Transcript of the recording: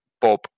Bob